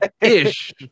Ish